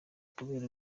kubera